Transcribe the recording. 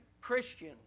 Christian